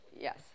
Yes